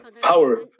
power